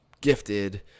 gifted